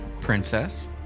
Princess